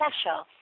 special